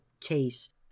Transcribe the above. case